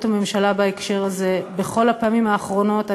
הממשלה בהקשר הזה בכל הפעמים האחרונות,